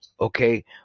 okay